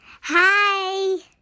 Hi